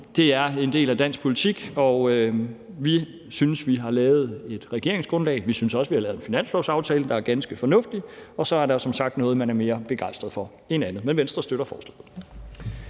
er en del af dansk politik. Vi synes, vi har lavet et regeringsgrundlag og også en finanslovsaftale, der er ganske fornuftige, og så er der som sagt noget, man er mere begejstret for end andet. Men Venstre støtter forslaget.